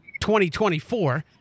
2024